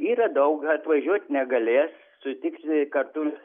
yra daug atvažiuot negalės sutikti kartu